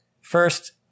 First